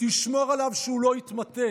תשמור עליו שהוא לא יתמוטט.